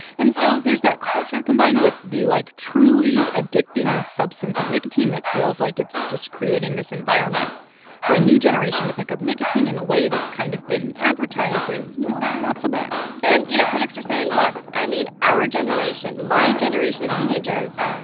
and so there's that culture combined with the, like, truly addicting substance of nicotine that feels like it's just creating this environment for a new generation to pick up nicotine in a way that's kind of been advertised as, you know, not so bad and, you know, critics are saying look i mean, our generation, my generation of teenagers,